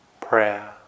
prayer